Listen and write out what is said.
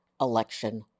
election